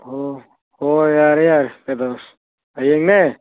ꯍꯣꯏ ꯍꯣꯏ ꯌꯥꯔꯦ ꯌꯥꯔꯦ ꯀꯩꯗꯧꯁꯤ ꯍꯌꯦꯡꯅꯦ